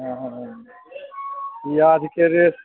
हँ हँ पियाजके रेट